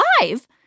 live